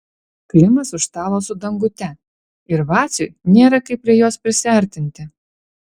klimas už stalo su dangute ir vaciui nėra kaip prie jos prisiartinti